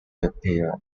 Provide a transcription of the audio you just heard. appealed